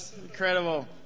Incredible